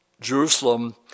Jerusalem